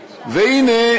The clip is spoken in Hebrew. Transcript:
והנה,